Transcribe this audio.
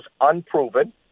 unproven